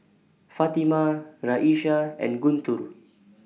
Fatimah Raisya and Guntur